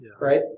right